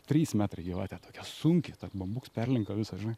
trys metrai gyvatė tokia sunki tas bambuks perlinko visas žinai